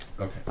Okay